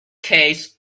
case